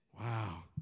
Wow